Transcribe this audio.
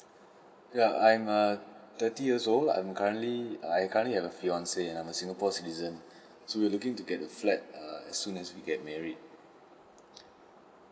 ya I'm err thirty years old I'm currently I currently have a fiance I am a singapore citizen so we're looking to get a flat err as soon as we get married